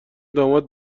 داماد